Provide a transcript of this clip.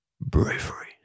Bravery